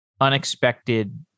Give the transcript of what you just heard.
unexpected